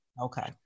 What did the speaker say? Okay